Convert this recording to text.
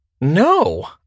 No